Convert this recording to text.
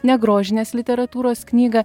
negrožinės literatūros knygą